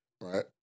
Right